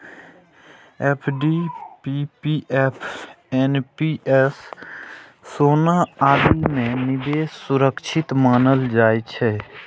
FD, PPF, NPS, सोना आदि मे निवेश सुरक्षित मानल जाइ छै